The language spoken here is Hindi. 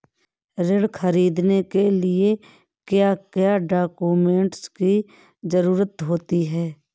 ऋण ख़रीदने के लिए क्या क्या डॉक्यूमेंट की ज़रुरत होती है?